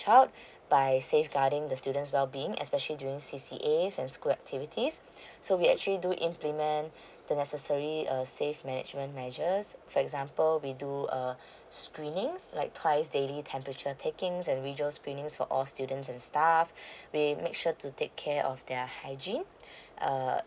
child by safeguarding the students' well being especially during C_C_A and school activities so we actually do implement the necessary uh save management measures for example we do uh screenings like twice daily temperature taking and visual screenings for all students and staff we make sure to take care of their hygiene err